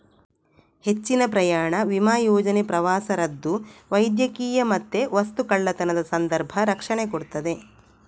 ಹೆಚ್ಚಿನ ಪ್ರಯಾಣ ವಿಮಾ ಯೋಜನೆ ಪ್ರವಾಸ ರದ್ದು, ವೈದ್ಯಕೀಯ ಮತ್ತೆ ವಸ್ತು ಕಳ್ಳತನದ ಸಂದರ್ಭ ರಕ್ಷಣೆ ಕೊಡ್ತದೆ